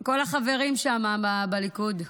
כל החברים שם בליכוד,